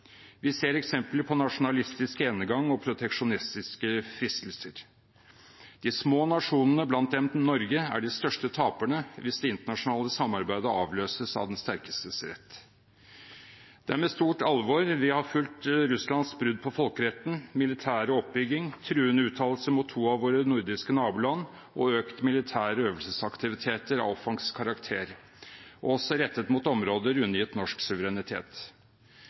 Vi ser eksempler på nasjonalistisk enegang og proteksjonistiske fristelser. De små nasjonene, blant dem Norge, er de største taperne hvis det internasjonale samarbeidet avløses av den sterkestes rett. Det er med stort alvor vi har fulgt Russlands brudd på folkeretten, militære oppbygging, truende uttalelser mot to av våre nordiske naboland og økt militære øvelsesaktiviteter av offensiv karakter, også rettet mot områder undergitt norsk suverenitet.